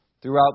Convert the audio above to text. throughout